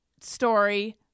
story